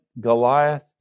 Goliath